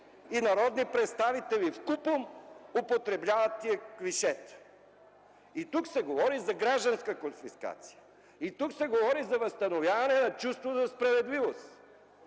Народни представители вкупом употребяват тези клишета. Тук се говори за гражданска конфискация, тук се говори за възстановяване на чувство за справедливост.